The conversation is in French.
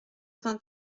vingt